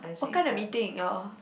what kind of meeting you all